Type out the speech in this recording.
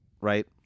right